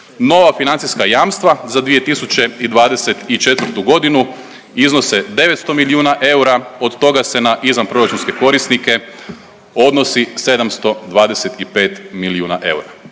Nova financijska jamstva za 2024.g. iznose 900 milijuna eura, od toga se na izvanproračunske korisnike odnosi 725 milijuna eura.